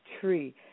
tree